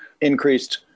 increased